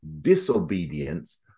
disobedience